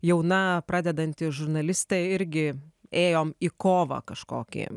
jauna pradedanti žurnalistė irgi ėjom į kovą kažkokį